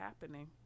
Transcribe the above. happening